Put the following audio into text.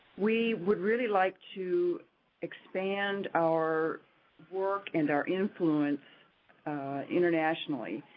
we would really like to expand our work and our influence internationally.